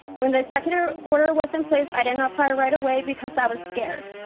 when the executive order was in place i didn't apply right away because i was scared.